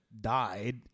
died